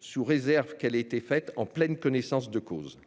sous réserve qu'elle ait été faite en pleine connaissance de cause.